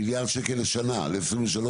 מיליארד שקל לשנה, ל-2023